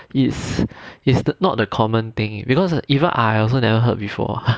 it's it's not the common thing because even I also never heard before booking 位子让妈买一个星座光 drivers right